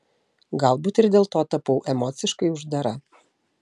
galbūt ir dėl to tapau emociškai uždara